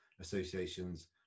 associations